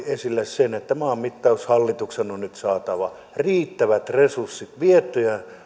esille sen että maanmittaushallituksen on nyt saatava riittävät resurssit viedä